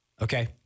okay